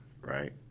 right